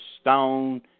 stone